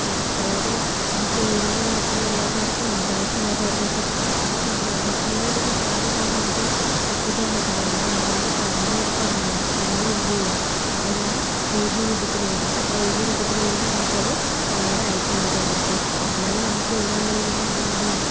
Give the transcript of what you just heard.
അല്ലേ അതായത് നമുക്ക് എഴുതാനും വായിക്കാനും അറിയാത്തവർക്കും കാഴ്ചയില്ലാത്തവർക്കൊക്കെ നമുക്കെന്താണ് മറ്റുള്ളവരിലേക്ക് കാര്യങ്ങളൊക്കെ നമുക്ക് എത്തിക്കാൻ പറ്റുന്നുണ്ട് നമ്മൾ എന്താണ് പറഞ്ഞുകൊടുത്താൽ മതി അത് തനിയെ എന്ത് ചെയ്യും അവിടെ ഇങ്ങനെ എഴുതിയ രൂപത്തിൽ വരും അപ്പോൾ എഴുതിയ രൂപത്തിൽ വരുമ്പോൾ നമുക്കത് നേരെ അയച്ചു കൊടുക്കാം അവർക്ക് അല്ലാതെ നമുക്ക് എഴുതാനറിയില്ലെങ്കിൽ നമ്മൾ എന്ത് ചെയ്യും